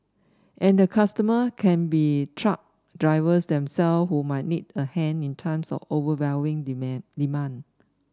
and the customer can be truck drivers themselves who might need a hand in times of overwhelming demand